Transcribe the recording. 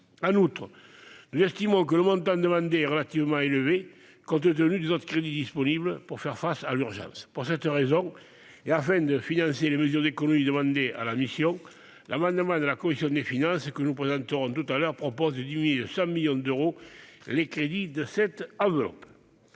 En outre, nous estimons que le montant demandé est relativement élevé compte tenu des autres crédits disponibles pour faire face à l'urgence. Pour cette raison, et afin de financer les mesures d'économies demandées à la mission, l'amendement de la commission des finances, que nous présenterons tout à l'heure, vise à diminuer de 100 millions d'euros les crédits de cette enveloppe.